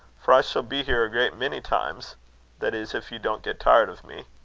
for i shall be here a great many times that is, if you don't get tired of me.